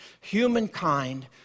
humankind